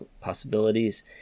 possibilities